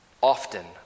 often